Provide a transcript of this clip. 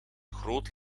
groot